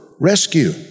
rescue